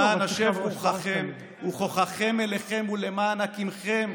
" למען השב רוחכם וכוחכם אליכם ולמען הקימכם?...